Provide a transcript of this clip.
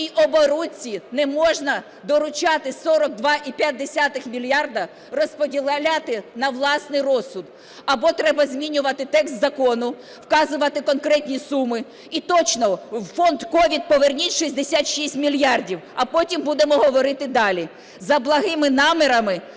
оборудці! Не можна доручати 42,5 мільярда розподіляти на власний розсуд. Або треба змінювати текст закону, вказувати конкретні суми, і точно у фонд COVID поверніть 66 мільярдів, а потім будемо говорити далі. За благими намірами